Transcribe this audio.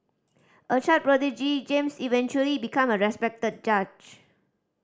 a child prodigy James eventually became a respected judge